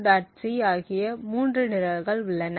c ஆகிய 3 நிரல்கள் உள்ளன